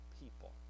people